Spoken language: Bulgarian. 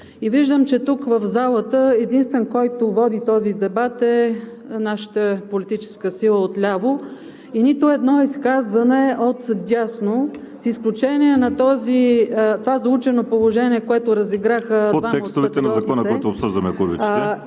и виждам, че тук в залата единствен, който води този дебат, е нашата политическа сила отляво и нито едно изказване отдясно, с изключение на това заучено положение, което разиграха… ПРЕДСЕДАТЕЛ